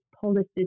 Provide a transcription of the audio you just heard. policies